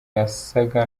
yasaga